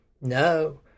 No